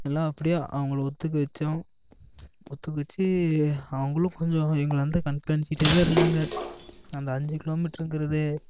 எல்லா அப்படியே அவங்களை ஒத்துக்க வச்சோம் ஒத்துக்க வச்சி அவங்களும் கொஞ்சம் எங்களை வந்து கண்காணிச்சிகிட்டேதான் இருந்தாங்க அந்த அஞ்சு கிலோ மீட்ருங்குறது